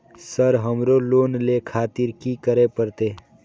Sir हमरो loan ले खातिर की करें परतें?